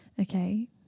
Okay